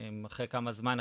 אחרי כמה זמן,